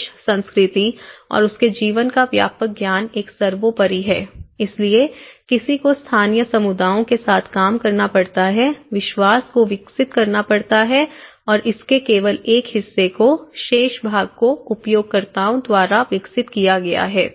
देश संस्कृति और उसके जीवन का व्यापक ज्ञान एक सर्वोपरि है इसलिए किसी को स्थानीय समुदायों के साथ काम करना पड़ता है विश्वास को विकसित करना पड़ता है और इसके केवल एक हिस्से को शेष भाग को उपयोगकर्ताओं द्वारा विकसित किया गया है